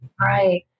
Right